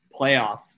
playoff